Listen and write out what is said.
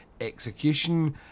execution